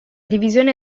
divisione